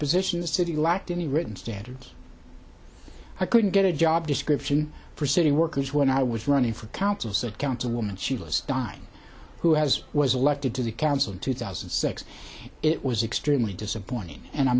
position of city lacked any written standards i couldn't get a job description for city workers when i was running for council said councilwoman she was don who has was elected to the council in two thousand and six it was extremely disappointing and i